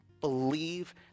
Believe